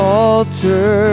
altar